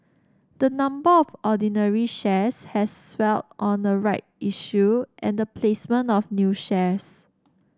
the number of ordinary shares has swelled on a right issue and the placement of new shares